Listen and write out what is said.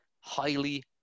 Highly